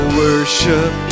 worship